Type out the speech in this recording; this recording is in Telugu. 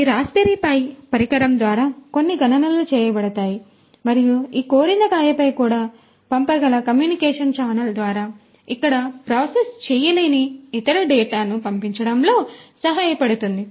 కాబట్టి ఈ రాస్ప్బెర్రీ పై ఈ పరికరం ద్వారా కొన్ని గణనలు చేయబడతాయి మరియు ఈ కోరిందకాయ పై కూడా పంపగల కమ్యూనికేషన్ ఛానల్ ద్వారా ఇక్కడ ప్రాసెస్ చేయలేని ఇతర డేటాను పంపించడంలో సహాయపడుతుంది